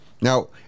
Now